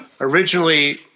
originally